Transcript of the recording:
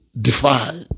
defy